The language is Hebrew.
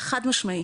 חד משמעי,